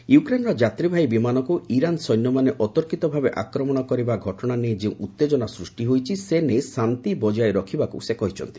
ୟୁକ୍ରେନର ଯାତ୍ରୀବାହି ବିମାନକୁ ଇରାନ ସୈନ୍ୟମାନେ ଅତର୍କିତ ଭାବେ ଆକ୍ରମଣ କରିବା ଘଟଣା ନେଇ ଯେଉଁ ଉତ୍ତେଜନା ସୃଷ୍ଟି ହୋଇଛି ସେ ନେଇ ଶାନ୍ତି ବଜାୟ ରଖିବାକୁ କହିଛନ୍ତି